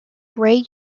grey